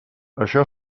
això